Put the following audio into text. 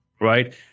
right